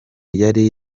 yari